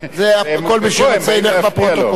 כל מי שרוצה ילך לפרוטוקול.